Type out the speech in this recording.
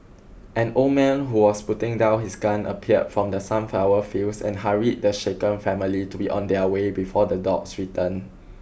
an old man who was putting down his gun appeared from the sunflower fields and hurried the shaken family to be on their way before the dogs return